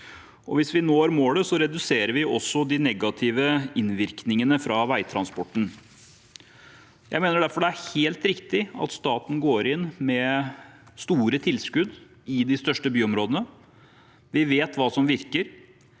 hvis vi når målet, reduserer vi også de negative innvirkningene fra veitransporten. Jeg mener derfor det er helt riktig at staten går inn med store tilskudd til de største byområdene. Vi vet hva som virker.